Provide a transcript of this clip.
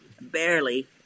barely